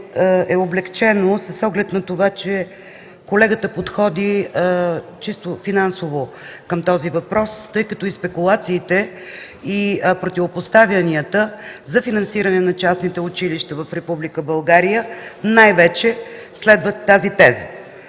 е облекчено с оглед на това, че колегата подходи чисто финансово по този въпрос, тъй като спекулациите и противопоставянията за финансиране на частните училища в Република България най-вече следват тази теза.